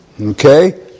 Okay